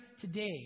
today